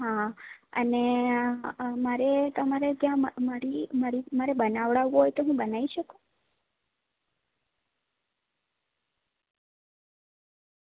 હા અને ને મારે તમારે ત્યાં મારી મારે બનાવડાવું હોય તો હું બનાવી શકું